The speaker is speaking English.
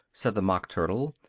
said the mock turtle,